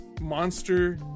monster